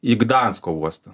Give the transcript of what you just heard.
į gdansko uostą